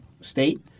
state